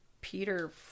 Peter